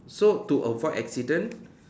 so to avoid accident